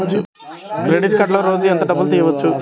Credit కార్డులో రోజుకు ఎంత డబ్బులు తీయవచ్చు?